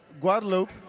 Guadalupe